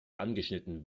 angeschnitten